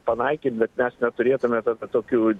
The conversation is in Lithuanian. panaikint bet mes neturėtume tada tokių